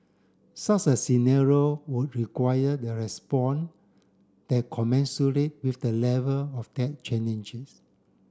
such a scenario would enquire the respond that commensurate with the level of that challenges